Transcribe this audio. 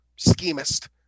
schemist